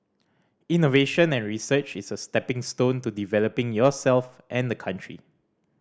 innovation and research is a stepping stone to developing yourself and the country